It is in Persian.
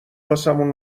واسمون